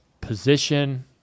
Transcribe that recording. position